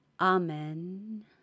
Amen